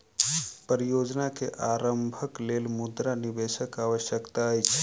परियोजना के आरम्भक लेल मुद्रा निवेशक आवश्यकता अछि